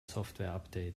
softwareupdate